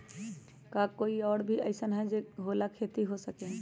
का कोई और भी अइसन और गाड़ी होला जे से खेती हो सके?